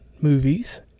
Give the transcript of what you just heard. movies